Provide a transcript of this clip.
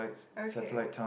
okay